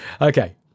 Okay